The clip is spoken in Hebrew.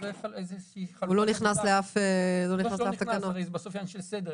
זה בסוף עניין של סדר.